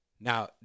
Now